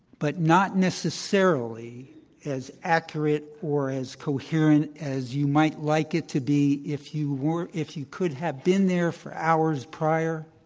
but not necessarily as accurate or as coherent as you might like it to be if you were if you could have been there for hours prior,